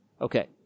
Okay